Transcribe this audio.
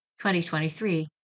2023